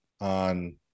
on